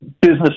business